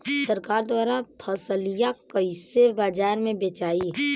सरकार द्वारा फसलिया कईसे बाजार में बेचाई?